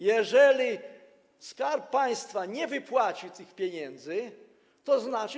Jeżeli Skarb Państwa nie wypłaci tych pieniędzy, to znaczy.